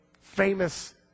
famous